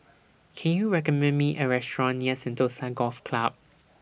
Can YOU recommend Me A Restaurant near Sentosa Golf Club